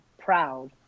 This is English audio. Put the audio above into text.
proud